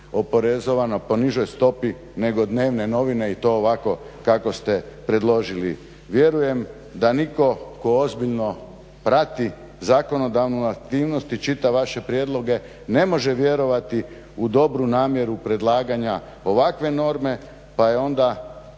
oporezovana po nižoj stopi nego dnevne novine i to ovako kako ste predložili. Vjerujem da nitko tko ozbiljno prati zakonodavnu aktivnost i čita vaše prijedloge ne može vjerovati u dobru namjeru predlaganja ovakve norme pa je onda